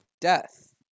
Death